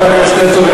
חבר הכנסת הרצוג,